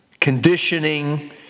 conditioning